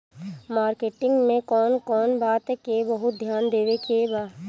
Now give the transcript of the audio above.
Marketing मे कौन कौन बात के बहुत ध्यान देवे के बा?